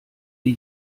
die